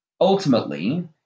Ultimately